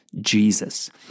Jesus